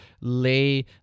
lay